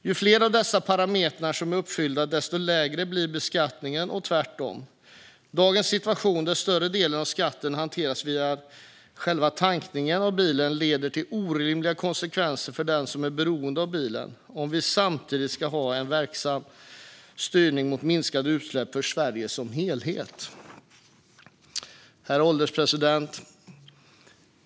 Ju fler av dessa parametrar som är uppfyllda, desto lägre blir beskattningen och tvärtom. Dagens situation, där större delen av skatten hanteras via själva tankningen av bilen, leder till orimliga konsekvenser för dem som är beroende av bilen om vi samtidigt ska ha en verksam styrning mot minskade utsläpp för Sverige som helhet. Herr ålderspresident!